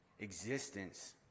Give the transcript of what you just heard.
existence